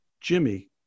Jimmy